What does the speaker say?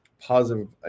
positive